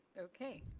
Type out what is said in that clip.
okay,